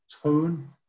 tone